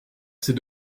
ces